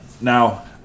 Now